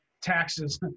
taxes